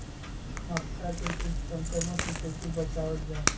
मक्का के कीट संक्रमण से कइसे बचावल जा?